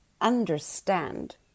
understand